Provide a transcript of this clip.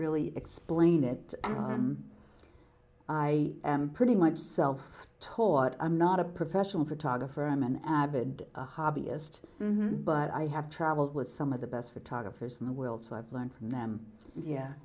really explain it i pretty much self taught i'm not a professional photographer i'm an avid hobbyist but i have traveled with some of the best photographers in the world so i've learned from them